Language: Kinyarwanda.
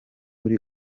ari